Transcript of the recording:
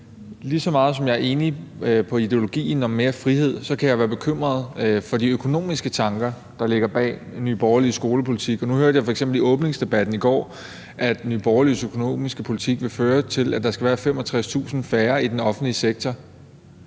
lige så meget som jeg er enig i ideologien om mere frihed, kan jeg være bekymret for de økonomiske tanker, der ligger bag Nye Borgerliges skolepolitik. Nu hørte jeg f.eks. i åbningsdebatten i går, at Nye Borgerliges økonomiske politik vil føre til, at der skal være 65.000 færre i den offentlige sektor.